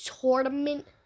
Tournament